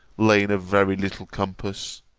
lay in a very little compass.